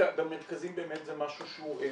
במרכזים באמת זה משהו שהוא משמעותי.